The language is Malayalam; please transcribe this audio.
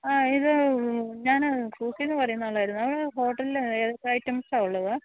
ഇത് ഞാൻ പറയുന്ന ആളാണ് ഹോട്ടലിൽ ഏതൊക്കെ ഐറ്റംസാണ് ഉള്ളത്